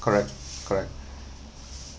correct correct